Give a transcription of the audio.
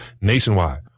nationwide